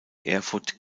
erfurt